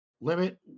Limit